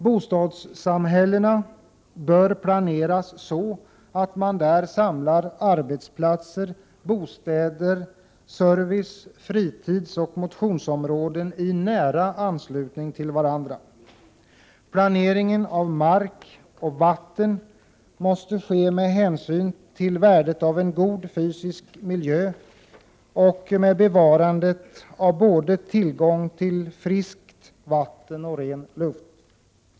Bostadssamhällena bör planeras så att man där samlar arbetsplatser, bostäder, service, fritidsoch motionsområden i nära anslutning till varandra. Planeringen av mark och vatten måste ske med hänsyn till värdet av en god fysisk miljö och med bevarande av tillgång till både friskt vatten och ren luft.